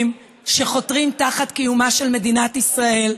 שחותרים תחת קיומה של מדינת ישראל,